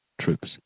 troops